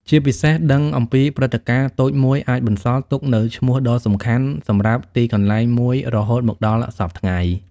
ជាពិសេស ដឹងអំពីព្រឹត្តិការណ៍តូចមួយអាចបន្សល់ទុកនូវឈ្មោះដ៏សំខាន់សម្រាប់ទីកន្លែងមួយរហូតមកដល់សព្វថ្ងៃ។